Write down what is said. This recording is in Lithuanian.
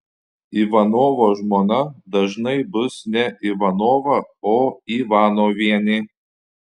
ivanovo žmona dažnai bus ne ivanova o ivanovienė